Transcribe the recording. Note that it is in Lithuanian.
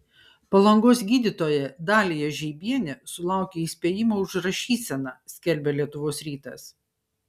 palangos gydytoja dalija žeibienė sulaukė įspėjimo už rašyseną skelbia lietuvos rytas